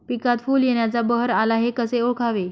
पिकात फूल येण्याचा बहर आला हे कसे ओळखावे?